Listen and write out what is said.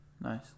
Nice